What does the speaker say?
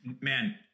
Man